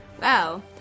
Wow